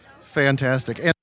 Fantastic